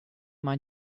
mind